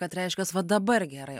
kad reiškias va dabar gerai